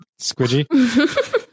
Squidgy